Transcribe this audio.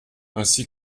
ainsi